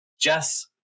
Jess